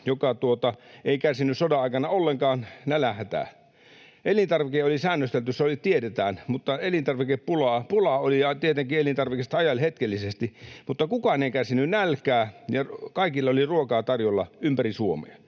joka ei kärsinyt sodan aikana ollenkaan nälänhätää. Elintarvikkeet oli säännöstelty, se tiedetään. Elintarvikkeista oli tietenkin pulaa hetkellisesti, mutta kukaan ei kärsinyt nälkää, ja kaikilla oli ruokaa tarjolla ympäri Suomen